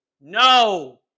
No